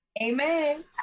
amen